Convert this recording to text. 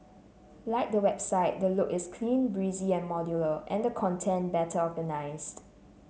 like the website the look is clean breezy and modular and the content better organised